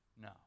no